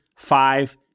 five